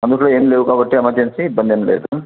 అందులో ఏమీ లేవు కాబట్టి ఎమర్జెన్సీ ఇబ్బంది ఏమి లేదు